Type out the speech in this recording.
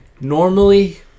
Normally